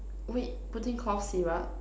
wait putting cough syrup